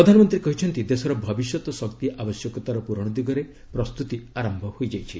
ପ୍ରଧାନମନ୍ତ୍ରୀ କହିଛନ୍ତି ଦେଶର ଭବିଷ୍ୟତ ଶକ୍ତି ଆବଶ୍ୟକତାର ପୂରଣ ଦିଗରେ ପ୍ରସ୍ତୁତି ଆରମ୍ଭ ହୋଇଯାଇଛି